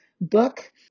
book